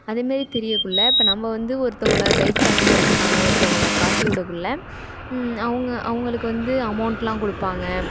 அதேமாரி தெரியக்குள்ள இப்போ நம்ம வந்து ஒருத்தவங்களை கெய்டு பண்ணுறதுக்கான ஒருத்தவங்களை காட்டிவிடக்குள்ள அவங்க அவங்களுக்கு வந்து அமௌண்ட்லாம் கொடுப்பாங்க